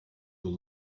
your